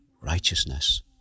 righteousness